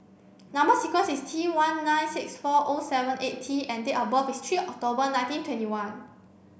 number sequence is T one nine six four O seven eight T and date of birth is three October nineteen twenty one